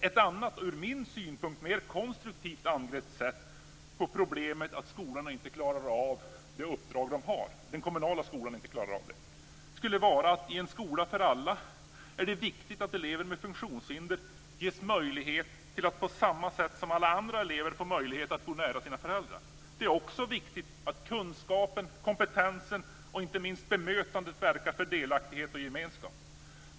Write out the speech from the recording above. Ett annat och från min synpunkt mer konstruktivt sätt att angripa problemet, dvs. att den kommunala skolan inte klarar av det uppdrag den har, skulle vara att det i En skola för alla är viktigt att elever med funktionshinder ges möjlighet att på samma sätt som alla andra elever bo nära sina föräldrar. Det är också viktigt att kunskapen, kompetensen och inte minst bemötandet verkar för delaktighet och gemenskap.